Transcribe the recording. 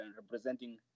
representing